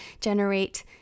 generate